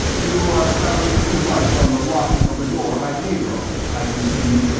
you are counting too much on the locking of the door by pedro, i continued,